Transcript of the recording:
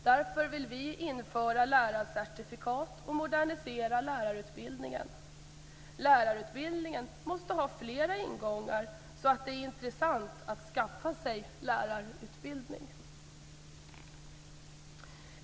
Därför vill vi införa lärarcertifikat och modernisera lärarutbildningen. Lärarutbildningen måste ha flera ingångar så att det är intressant att skaffa sig lärarutbildning.